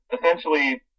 essentially